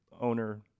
owner